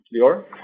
Lior